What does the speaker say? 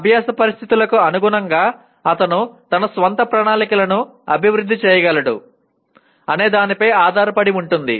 అభ్యాస పరిస్థితులకు అనుగుణంగా అతను తన సొంత ప్రణాళికను అభివృద్ధి చేయగలడు అనే దాని పై ఆధారపడి ఉంటుంది